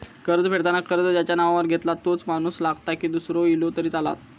कर्ज फेडताना कर्ज ज्याच्या नावावर घेतला तोच माणूस लागता की दूसरो इलो तरी चलात?